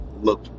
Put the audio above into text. look